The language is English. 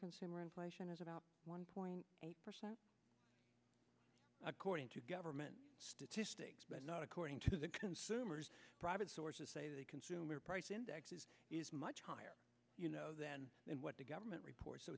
consumer inflation is about one point eight percent according to government statistics but not according to the consumer's private sources say the consumer price index is much higher than what the government reports so